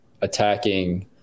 attacking